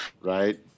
Right